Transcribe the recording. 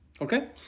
Okay